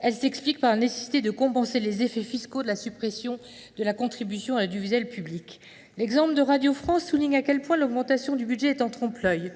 elle s’explique par la nécessité de compenser les effets fiscaux de la suppression de la contribution à l’audiovisuel public. L’exemple de Radio France souligne à quel point l’augmentation du budget est en trompe l’œil.